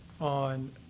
on